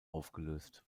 aufgelöst